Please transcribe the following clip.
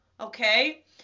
okay